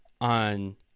on